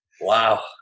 wow